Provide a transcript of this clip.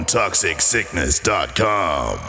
toxicsickness.com